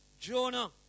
Jonah